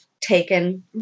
taken